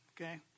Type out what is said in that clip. Okay